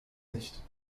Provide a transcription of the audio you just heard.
nicht